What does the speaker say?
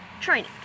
training